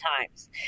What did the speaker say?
times